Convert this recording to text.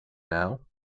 now